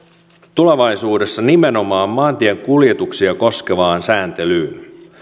tulevaisuudessa nimenomaan maantiekuljetuksia koskevaan sääntelyyn